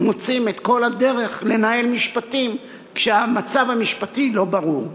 מוצאים את כל הדרך לנהל משפטים כשהמצב המשפטי לא ברור.